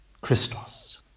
Christos